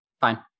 fine